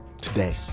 today